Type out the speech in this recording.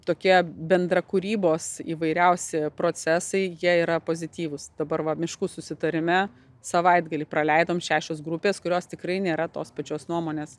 tokie bendrakūrybos įvairiausi procesai jie yra pozityvūs dabar va miškų susitarime savaitgalį praleidom šešios grupės kurios tikrai nėra tos pačios nuomonės